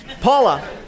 Paula